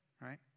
right